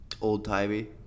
old-timey